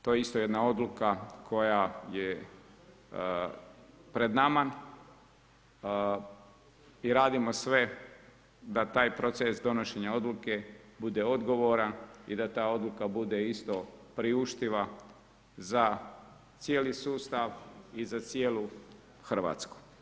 To je isto jedna odluka koja je pred nama i radimo sve da taj proces donošenja odluke bude odgovoran i da ta odluka bude isto priuštiva za cijeli sustav i za cijelu Hrvatsku.